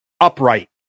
upright